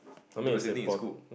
do the same thing in school